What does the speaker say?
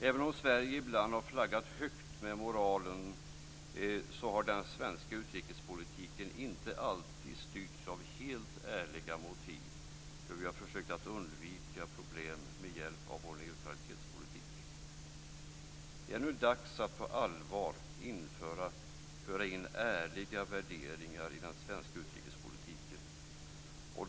Även om Sverige ibland har flaggat högt med moralen har den svenska utrikespolitiken inte alltid styrts av helt ärliga motiv då vi har försökt att undvika problem med hjälp av vår neutralitetspolitik. Det är nu dags att på allvar föra in ärliga värderingar i den svenska utrikespolitiken.